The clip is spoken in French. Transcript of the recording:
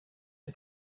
est